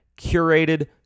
curated